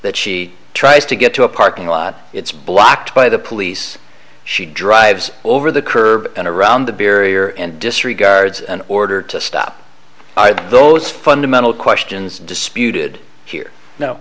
that she tries to get to a parking lot it's blocked by the police she drives over the curb and around the barrier and disregards an order to stop those fundamental questions disputed here no